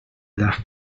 left